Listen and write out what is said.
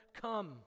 come